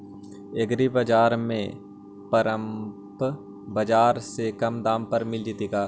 एग्रीबाजार में परमप बाजार से कम दाम पर मिल जैतै का?